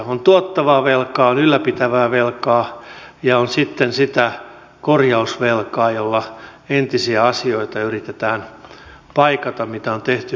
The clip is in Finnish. on tuottavaa velkaa on ylläpitävää velkaa ja on sitten sitä korjausvelkaa jolla yritetään paikata entisiä asioita mitä on tehty huonosti